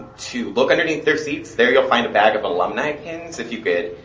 to look underneath their seats. there you'll find a bag of alumni pins. if you could,